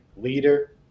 Leader